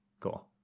cool